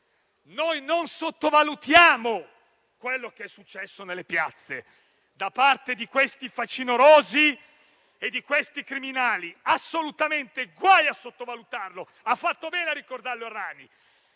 Noi non sottovalutiamo quello che è successo nelle piazze da parte di questi facinorosi e di questi criminali; assolutamente, guai a sottovalutarlo (ha fatto bene a ricordarlo il